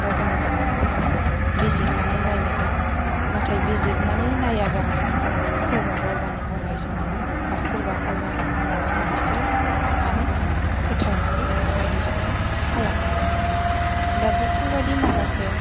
दा जों बेखौ मानो बिजिरनानै नायनो गोनां नाथाय बिजिरनानै नाया गारानो सोरबा रजानि बुंहरनायजोंनो बा सोरबा अजानि बुंनायजोंनो बिसोरो मानो फोथायनानै बायदिसिना खालामनानै लायो दा बेफोर बायदि माखासे